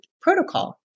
protocol